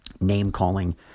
name-calling